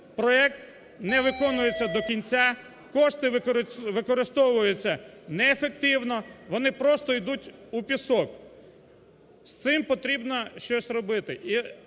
проект не виконується до кінця, кошти використовуються неефективно, вони просто ідуть у пісок. З цим потрібно щось робити.